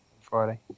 Friday